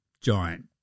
giant